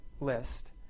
list